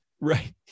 Right